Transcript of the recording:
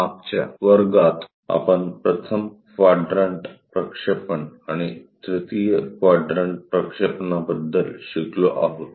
मागच्या वर्गात आपण प्रथम क्वाड्रन्ट प्रक्षेपण आणि तृतीय क्वाड्रन्ट प्रक्षेपणाबद्दल शिकलो आहोत